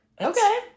Okay